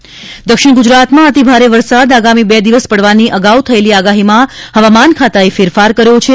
વરસાદ દક્ષિણ ગુજરાતમાં અતિ ભારે વરસાદ આગામી બે દિવસ પડવાની અગાઉ થયેલી આગાહીમાં હવામાન ખાતાએ ફેરફાર કર્યો છે